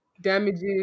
Damages